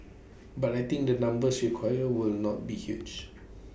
but I think the numbers required will not be huge